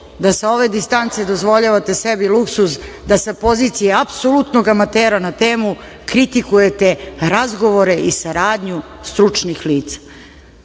da sa ove distance dozvoljavate sebi luksuz da sa pozicije apsolutnog amatera na temu, kritikujete razgovore i saradnju stručnih lica?